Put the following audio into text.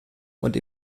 und